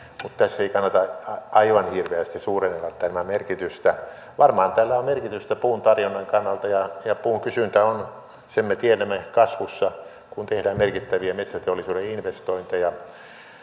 tässä ei kannata aivan hirveästi suurennella tämän merkitystä varmaan tällä on merkitystä puun tarjonnan kannalta ja ja puun kysyntä on sen me tiedämme kasvussa kun tehdään merkittäviä metsäteollisuuden investointeja